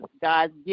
God